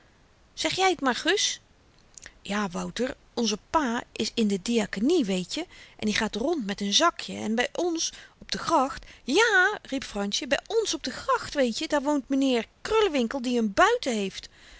zeg jy t maar gus ja wouter onze pa is in de diakenie weetje en i gaat rond met n zakje en by ons op de gracht ja riep fransje by ons op de gracht weetje daar woont m'nheer krullewinkel die n buiten heeft